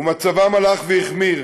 ומצבם הלך והחמיר.